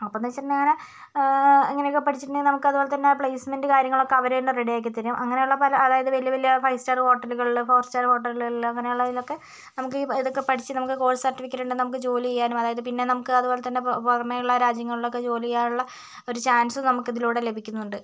അപ്പന്തെന്ന് വെച്ചിട്ടുണ്ടെങ്കിൽ അങ്ങനെ അങ്ങനൊക്കെ പഠിച്ചിട്ടുണ്ടെങ്കില് നമുക്ക് അതുപോലെ തന്നെ പ്ലേസ്മെന്റ് കാര്യങ്ങളൊക്കെ അവരുതന്നെ റെഡി ആക്കി തരും അങ്ങനെയുള്ള പല അതായത് വലിയ വലിയ ഫൈവ്സ്റ്റാർ ഹോട്ടല്കളില് ഫോർസ്റ്റാർ ഹോട്ടല്കളില് അങ്ങനെയുള്ളതിലൊക്കെ നമുക്ക് ഇതൊക്കെ പഠിച്ചു നമുക്ക് കോഴ്സ് സർട്ടിഫിക്കറ്റ് ഉണ്ടെങ്കിൽ നമുക്ക് ജോലി ചെയ്യാനും അതായത് പിന്നെ നമുക്ക് അതുപോലെത്തന്നെ പോ പുറമേയുള്ള രാജ്യങ്ങളിലൊക്കെ ജോലി ചെയ്യാനുള്ള ഒരു ചാൻസ് നമുക്ക് ഇതിലൂടെ ലഭിക്കുന്നുണ്ട്